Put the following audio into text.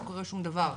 לא קורה שום דבר.